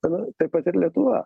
tame taip pat ir lietuva